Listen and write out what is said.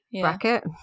bracket